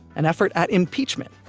an effort at impeachment.